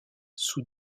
sous